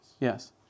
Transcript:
Yes